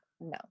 No